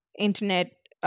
internet